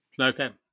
Okay